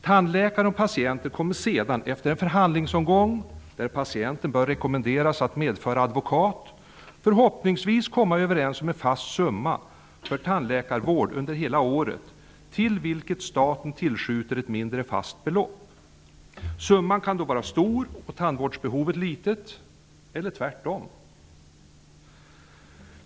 Tandläkaren och patienten kommer sedan efter en förhandlingsomgång -- där patienten bör rekommenderas att medföra advokat -- förhoppningsvis komma överens om en fast summa för tandläkarvård under hela året, till vilken staten tillskjuter ett mindre fast belopp. Summan kan vara stor och tandvårdsbehovet litet, eller tvärtom.